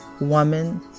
woman